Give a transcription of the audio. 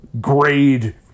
grade